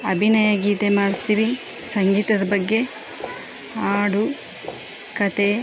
ಅಭಿನಯ ಗೀತೆ ಮಾಡಿಸ್ತೀವಿ ಸಂಗೀತದ ಬಗ್ಗೆ ಹಾಡು ಕಥೆ